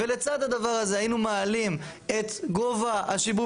ולצד הדבר הזה היינו מעלים את גובה השיבוב